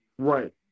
Right